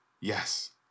yes